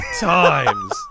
times